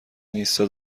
اینستا